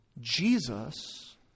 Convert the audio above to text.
Jesus